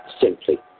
simply